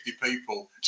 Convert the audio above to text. people